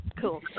Cool